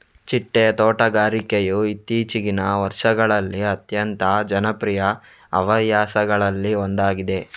ಚಿಟ್ಟೆ ತೋಟಗಾರಿಕೆಯು ಇತ್ತೀಚಿಗಿನ ವರ್ಷಗಳಲ್ಲಿ ಅತ್ಯಂತ ಜನಪ್ರಿಯ ಹವ್ಯಾಸಗಳಲ್ಲಿ ಒಂದಾಗಿದೆ